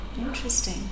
Interesting